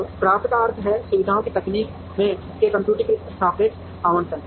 तो CRAFT का अर्थ है सुविधाओं की तकनीक के कम्प्यूटरीकृत सापेक्ष आवंटन